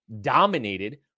dominated